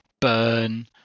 burn